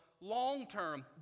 long-term